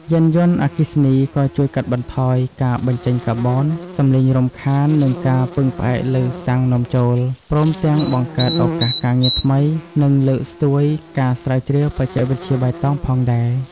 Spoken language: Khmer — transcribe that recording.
យានយន្តអគ្គីសនីក៏ជួយកាត់បន្ថយការបញ្ចេញកាបូន សំលេងរំខាន និងការពឹងផ្អែកលើសាំងនាំចូល ព្រមទាំងបង្កើតឱកាសការងារថ្មី និងលើកស្ទួយការស្រាវជ្រាវបច្ចេកវិទ្យាបៃតងផងដែរ។